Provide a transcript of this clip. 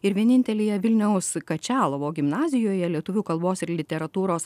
ir vienintelėje vilniaus kačalovo gimnazijoje lietuvių kalbos ir literatūros